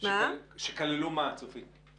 שכללו מה, צופית?